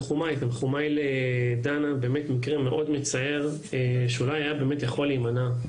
תנחומיי לדנה באמת מקרה מאוד מצער שאולי היה יכול באמת להימנע.